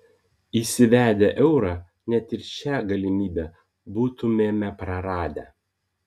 įsivedę eurą net ir šią galimybę būtumėme praradę